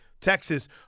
Texas